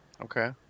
Okay